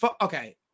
okay